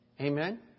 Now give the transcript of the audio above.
Amen